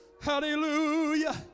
Hallelujah